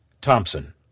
Thompson